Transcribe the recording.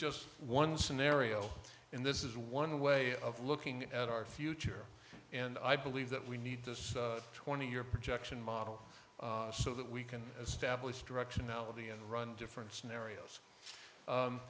just one scenario in this is one way of looking at our future and i believe that we need this twenty year projection model so that we can establish directionality and run different scenarios